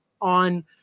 on